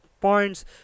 points